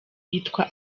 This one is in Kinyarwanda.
yitwa